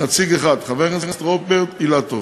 נציג אחד, חבר הכנסת רוברט אילטוב,